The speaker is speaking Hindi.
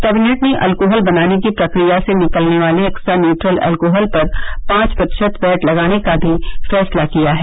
कैविनेट ने अल्कोहल बनाने की प्रक्रिया से निकलने वाले एक्स्ट्रा न्यूट्रल अल्कोहल पर पांच प्रतिशत वैट लगाने का भी फैसला किया है